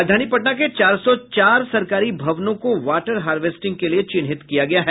राजधानी पटना के चार सौ चार सरकारी भवनों को वॉटर हार्वेस्टिंग के लिए चिन्हित किया गया है